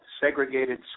segregated